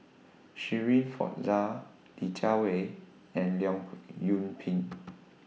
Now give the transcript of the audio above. Shirin Fozdar Li Jiawei and Leong Yoon Pin